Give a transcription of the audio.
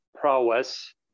prowess